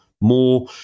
more